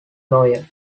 lawyer